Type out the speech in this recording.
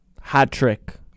hat-trick